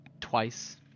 twice